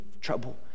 trouble